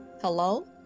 hello